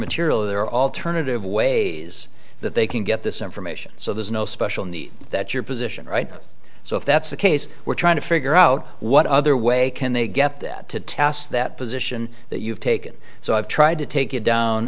material there are alternative ways that they can get this information so there's no special need that your position right so if that's the case we're trying to figure out what other way can they get to test that position that you've taken so i've tried to take it down